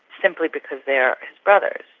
simply because they're brothers.